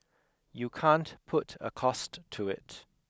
you can't put a cost to it